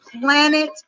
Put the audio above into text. planet